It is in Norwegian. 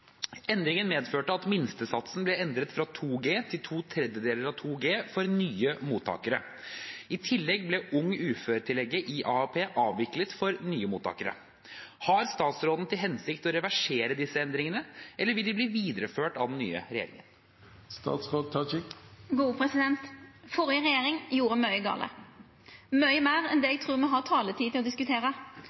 Endringen medførte at minstesatsen ble endret fra 2 G til 2/3 av 2 G for nye mottakere. I tillegg ble ung ufør-tillegget i AAP avviklet for nye mottakere. Har statsråden til hensikt å reversere disse endringene, eller vil de bli videreført av den nye regjeringen?» Den førre regjeringa gjorde mykje gale – mykje meir enn det eg trur me har taletid til å